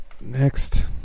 Next